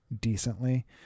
decently